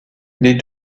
les